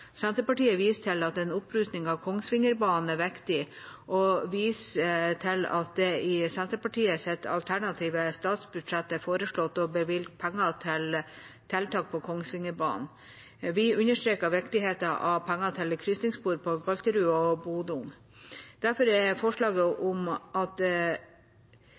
Senterpartiet viser til at en opprustning av Kongsvingerbanen er viktig, og til at det i Senterpartiets alternative statsbudsjett er foreslått å bevilge penger til tiltak på Kongsvingerbanen. Vi understreker viktigheten av penger til krysningsspor på Galterud og Bodung. Derfor er forslaget om at